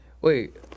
Wait